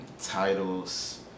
titles